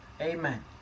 Amen